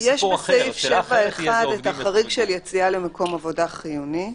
יש בסעיף 7(1) את החריג של יציאה למקום עבודה חיוני,